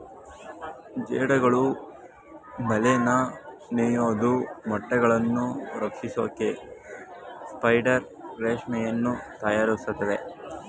ಜೇಡಗಳು ಬಲೆನ ನೇಯೋದು ಮೊಟ್ಟೆಗಳನ್ನು ರಕ್ಷಿಸೋಕೆ ಸ್ಪೈಡರ್ ರೇಷ್ಮೆಯನ್ನು ತಯಾರಿಸ್ತದೆ